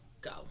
go